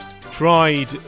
tried